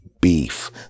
Beef